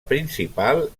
principal